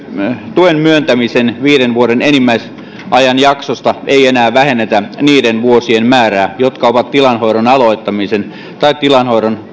tuen myöntämisen viiden vuoden enimmäisajanjaksosta ei enää vähennetä niiden vuosien määrää jotka ovat tilanhoidon aloittamisen tai tilanhoidon